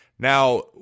Now